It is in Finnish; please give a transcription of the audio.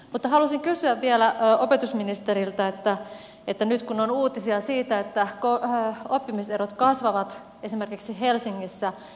mutta haluaisin kysyä vielä opetusministeriltä nyt kun on uutisia siitä että oppimiserot kasvavat esimerkiksi helsingissä